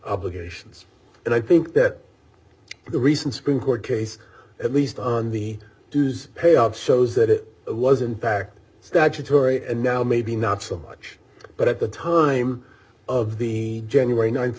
obligations and i think that the recent supreme court case at least on the dues payoff shows that it was in fact statutory and now maybe not so much but at the time of the january